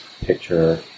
picture